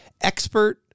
expert